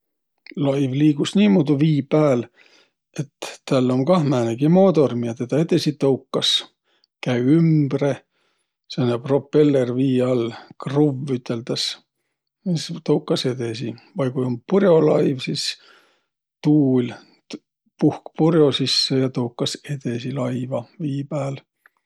Laiv liigus niimuudu vii pääl, et täl um kah määnegi moodor, miä tedä edesi toukas. Käü ümbre sääne propeller vii all, kruvv üteldäs. Ja sis toukas edesi. Vai ku um pur'olaiv, sis tuul puhk pur'o sisse ja toukas edesi laiva vii pääl.